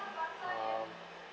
um